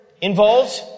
involved